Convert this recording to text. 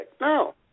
No